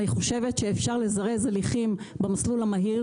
אני חושבת שאפשר לזרז הליכים במסלול המהיר